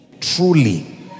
truly